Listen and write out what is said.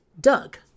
Doug